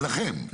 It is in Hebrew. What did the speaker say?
שלכם.